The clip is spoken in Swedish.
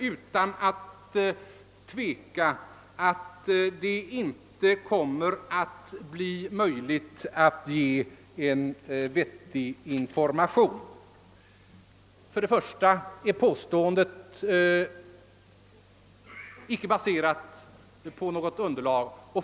Utan att tveka säger Ni att det inte kommer att bli möjligt att ge en vettig information. För det första är detta påstående icke baserat på något faktiskt underlag.